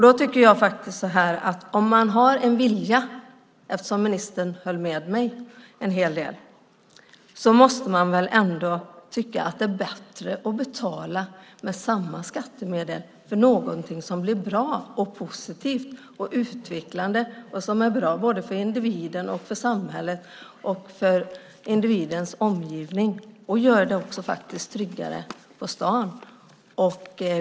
Eftersom ministern höll med mig i en hel del tycker jag att om man har en vilja så måste man ändå tycka att det är bättre att betala med samma skattemedel för någonting som blir positivt och utvecklande och som är bra både för individen, individens omgivning och samhället och som faktiskt också gör det tryggare på stan.